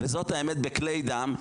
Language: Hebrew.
זאת האמת בכלי דם.